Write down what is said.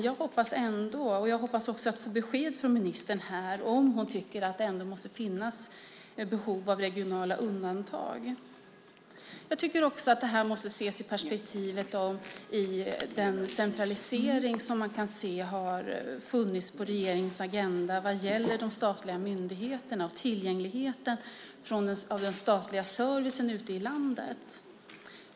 Jag hoppas dock få besked av ministern ifall hon tycker att det finns behov av regionala undantag. Detta måste även ses i perspektiv av den centralisering som funnits på regeringens agenda vad gäller de statliga myndigheterna och tillgängligheten till den statliga servicen ute i landet.